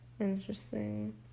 interesting